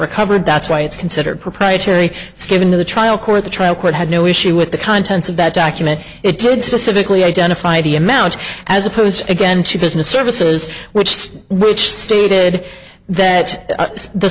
recovered that's why it's considered proprietary it's given to the trial court the trial court had no issue with the contents of that document it did specifically identify the amount as opposed again to business services which is rich stupid that the